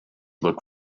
look